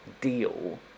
deal